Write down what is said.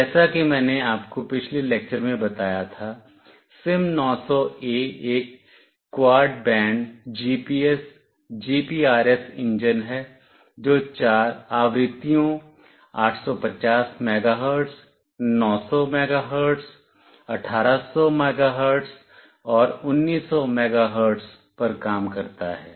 जैसा कि मैंने आपको पिछले लेक्चर में बताया था सिम900ए एक quad band GPS GPRS engine है जो चार आवृत्तियों 850 मेगाहर्ट्ज़ 900 मेगाहर्ट्ज़ 1800 मेगाहर्ट्ज़ और 1900 मेगाहर्ट्ज़ पर काम करता है